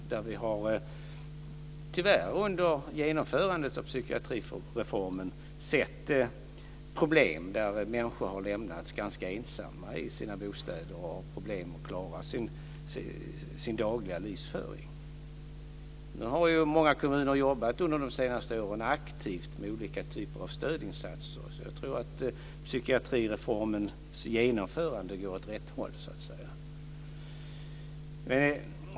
Tyvärr har vi under genomförandet av psykiatrireformen sett problem. Människor har lämnats ganska ensamma i sina bostäder och har problem att klara sin dagliga livsföring. Nu har många kommuner under det senaste åren jobbat aktivt med olika typer av stödinsatser. Jag tror att psykiatrireformens genomförande går åt rätt håll.